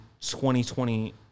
2020